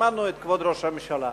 שמענו את כבוד ראש הממשלה.